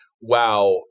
wow